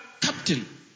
Captain